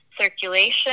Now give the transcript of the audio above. circulation